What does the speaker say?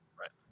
Right